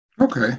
Okay